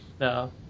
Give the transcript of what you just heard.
No